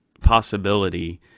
possibility